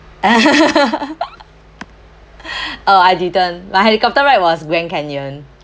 oh I didn't my helicopter ride was grand canyon